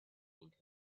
into